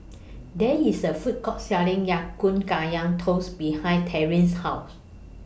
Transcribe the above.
There IS A Food Court Selling Ya Kun Kaya Toast behind Terri's House